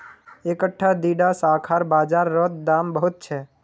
इकट्ठा दीडा शाखार बाजार रोत दाम बहुत छे